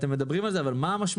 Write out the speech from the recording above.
אתם מדברים על זה אבל מה המשמעות?